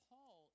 Paul